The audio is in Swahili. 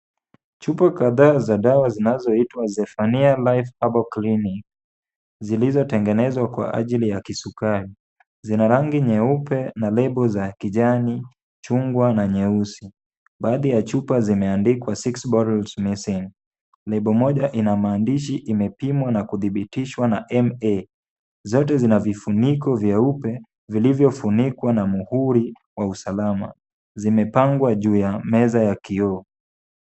Chupa kadhaa za dawa zinazoitwa Zephania Life Herbal Clinic zilizotengenezwa kwa ajili ya kisukari. Zina rangi nyeupe na label za kijani, chungwa na nyeusi. Baadhi ya chupa zimeandikwa six bottlesmissing. Label moja ina maandishi, imepimwa na kudhibitishwa na MA.Zote zina vifuniko vyeupe vilivyofunikwa na muhuri wa usalama. Zimepangwa juu ya meza ya kioo.